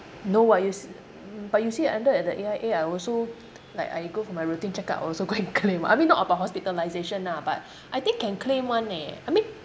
no [what] you s~ but you see under the A_I_A I also like I go for my routine check-up I also go and claim I mean not about hospitalisation lah but I think can claim [one] eh I mean